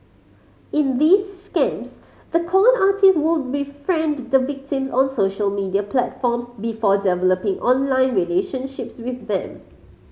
in these scams the con artist would befriend the victims on social media platforms before developing online relationships with them